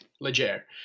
Legere